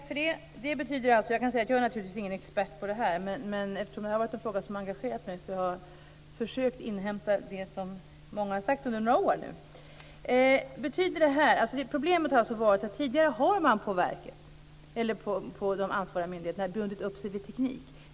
Fru talman! Jag tackar för det. Jag är naturligtvis ingen expert på detta, men eftersom det har varit en fråga som har engagerat mig har jag försökt inhämta det som många har sagt under några år nu. Problemet har alltså varit att tidigare har de ansvariga myndigheterna bundit upp sig vid teknik.